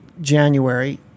January